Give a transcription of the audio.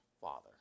father